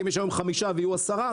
אם יש היום חמישה ויהיו עשרה,